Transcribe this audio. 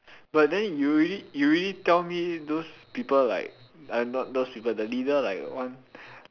but then you already you already tell me those people like like not those people like the leader want